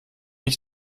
ich